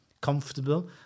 comfortable